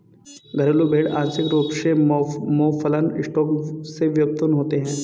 घरेलू भेड़ आंशिक रूप से मौफलन स्टॉक से व्युत्पन्न होते हैं